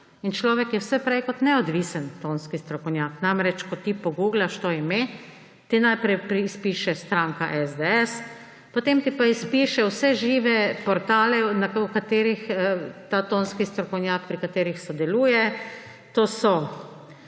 in človek je vse prej kot neodvisen tonski strokovnjak. Namreč, ko ti poguglaš to ime, ti najprej izpiše stranka SDS, potem ti pa izpiše vse žive portale, pri katerih sodeluje ta tonski strokovnjak. To so: